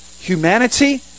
humanity